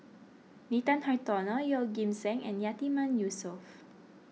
Nathan Hartono Yeoh Ghim Seng and Yatiman Yusof